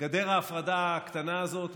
גדר ההפרדה הקטנה הזאת,